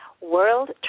world